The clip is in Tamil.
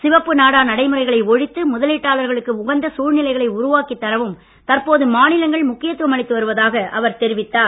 சிவப்பு நாடா நடைமுறைகைள ஒழித்து முதலீட்டாளர்களுக்கு உகந்த சூழ்நிலைகளை உருவாக்கித் தரவும் தற்போது மாநிலங்கள் முக்கியத்துவம் அளித்து வருவதாக அவர் தெரிவித்தார்